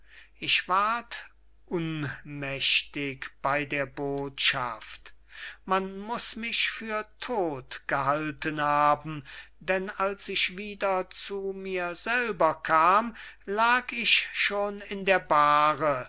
ich ward unmächtig bey der botschaft man muß mich für todt gehalten haben denn als ich wieder zu mir selber kam lag ich schon in der bahre